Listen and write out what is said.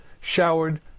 showered